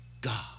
God